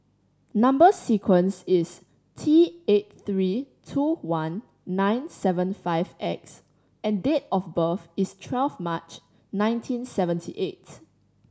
number sequence is T eight three two one nine seven five X and date of birth is twelve March nineteen seventy eight